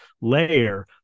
layer